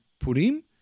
Purim